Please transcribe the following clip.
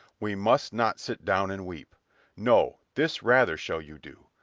we must not sit down and weep no, this rather shall you do.